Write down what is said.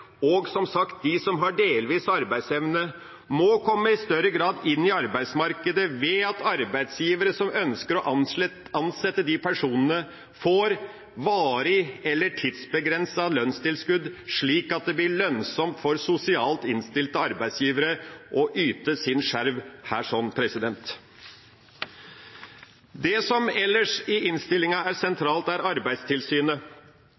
– som sagt – de som har delvis arbeidsevne, må i større grad komme inn i arbeidsmarkedet ved at arbeidsgivere som ønsker å ansette de personene, får varig eller tidsbegrenset lønnstilskudd, slik at det blir lønnsomt for sosialt innstilte arbeidsgivere å yte sin skjerv her. Det som ellers er sentralt i innstillinga, er